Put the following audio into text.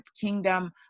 kingdom